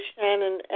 Shannon